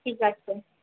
ঠিক আছে